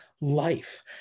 Life